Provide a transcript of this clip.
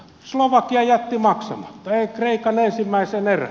slovakia jätti maksamatta kreikan ensimmäisen erän